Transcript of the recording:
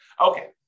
Okay